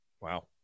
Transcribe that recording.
Wow